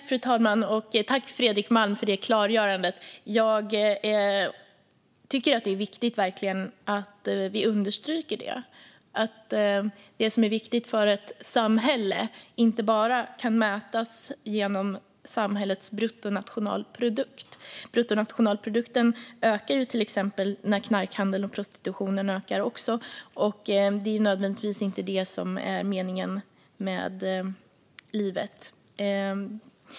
Fru talman! Tack, Fredrik Malm, för det klargörandet! Jag tycker verkligen att det är viktigt att vi understryker att det som är viktigt för ett samhälle inte kan mätas enbart genom samhällets bruttonationalprodukt. Bruttonationalprodukten ökar också när till exempel knarkhandel och prostitution ökar. Det är inte nödvändigtvis det som är meningen med livet.